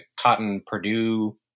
Cotton-Purdue